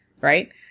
right